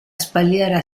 spalliera